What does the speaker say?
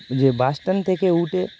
যে bus stand থেকে উঠে